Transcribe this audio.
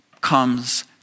comes